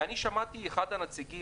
ושמעתי את אחד הנציגים,